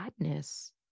sadness